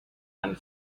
and